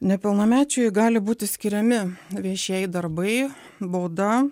nepilnamečiui gali būti skiriami viešieji darbai bauda